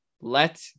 let